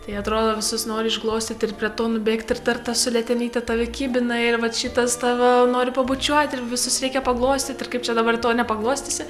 tai atrodo visus nori išglostyt ir prie to nubėgt ir dar tas su letenyte tave kibina ir va šitas tave nori pabučiuot ir visus reikia paglostyt ir kaip čia dabar to nepaglostysi